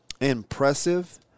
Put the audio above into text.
impressive